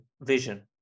vision